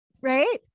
Right